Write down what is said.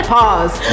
Pause